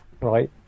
right